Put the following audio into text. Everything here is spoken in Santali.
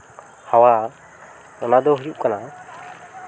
ᱦᱟᱣᱟ ᱚᱱᱟ ᱫᱚ ᱦᱩᱭᱩᱜ ᱠᱟᱱᱟ